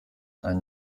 ein